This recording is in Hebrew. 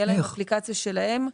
תהיה להם אפליקציה שלהם.